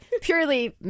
purely